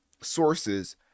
sources